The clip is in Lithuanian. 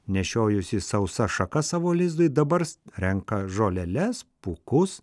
nešiojusi sausas šakas savo lizdui dabar renka žoleles pūkus